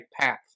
path